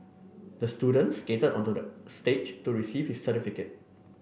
the student skated onto the stage to receive his certificate